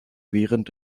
während